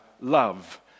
love